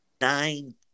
nine